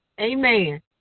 amen